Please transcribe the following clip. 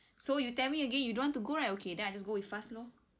so you tell me again you don't want to go right okay then I just go with faz lor